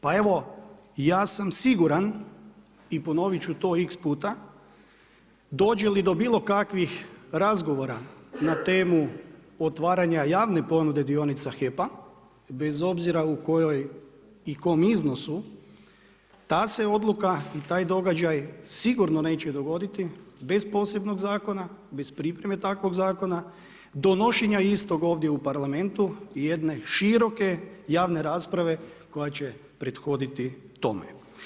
Pa evo i ja sam siguran i ponovit ću to x puta dođe li do bilo kakvih razgovora na temu otvaranja javne ponude dionica HEP-a, bez obzira u kojoj i kom iznosu ta se odluka i taj događaj sigurno neće dogoditi bez posebnog zakona, bez pripreme takvog zakona, donošenja istog ovdje u Parlamentu i jedne široke javne rasprave koja će prethoditi tome.